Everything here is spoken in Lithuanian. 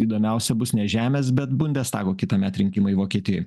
įdomiausia bus ne žemės bet bundestago kitąmet rinkimai vokietijoj